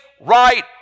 right